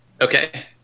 Okay